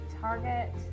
target